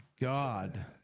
god